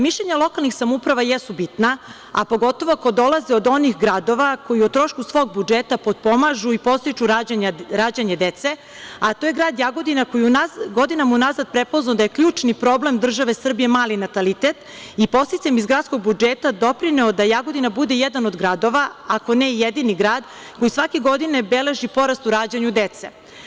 Mišljenja lokalnih samouprava jesu bitna, a pogotovo ako dolaze od onih gradova koji o trošku svog budžeta potpomažu i podstiču rađanje dece, a to je grad Jagodina koji je godinama unazad prepoznao da je ključni problem države Srbije mali natalitet i podsticajem iz gradskog budžeta doprineo da Jagodina bude jedan od gradova, ako ne i jedini grad, koji svake godine beleži porast u rađanju dece.